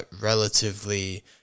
relatively